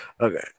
okay